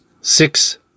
Six